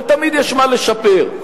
ותמיד יש מה לשפר,